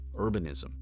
urbanism